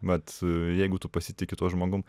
vat jeigu tu pasitiki tuo žmogum